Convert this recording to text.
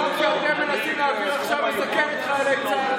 חוק שאתם מנסים להעביר עכשיו מסכן את חיילי צה"ל,